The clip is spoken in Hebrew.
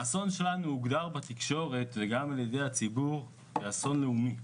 האסון שלנו הוגדר בתקשורת וגם על ידי הציבור כ-"אסון לאומי".